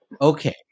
Okay